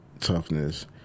toughness